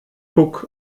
puck